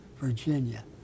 Virginia